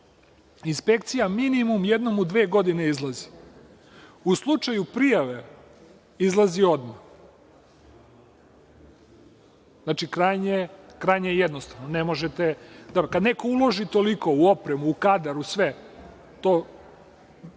inspekcija minimum jednom u dve godine izlazi. U slučaju prijave, izlazi odmah. Znači, krajnje je jednostavno. Kad neko uloži toliko u opremu, u kadar, u sve, to